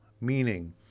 meaning